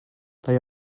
they